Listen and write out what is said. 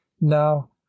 Now